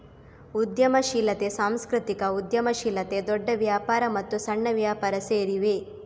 ಉದ್ಯಮಶೀಲತೆ, ಸಾಂಸ್ಕೃತಿಕ ಉದ್ಯಮಶೀಲತೆ, ದೊಡ್ಡ ವ್ಯಾಪಾರ ಮತ್ತು ಸಣ್ಣ ವ್ಯಾಪಾರ ಸೇರಿವೆ